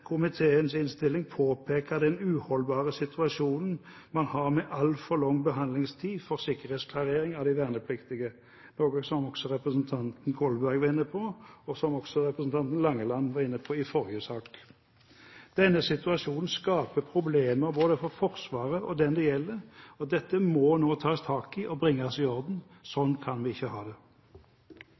komiteens innstilling, påpeke den uholdbare situasjonen man har med altfor lang behandlingstid for sikkerhetsklarering av de vernepliktige, noe som også representanten Kolberg var inne på, og som representanten Langeland var inne på i forrige sak. Denne situasjonen skaper problemer både for Forsvaret og dem det gjelder, og dette må nå tas tak i og bringes i orden. Sånn kan vi ikke ha det.